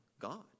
God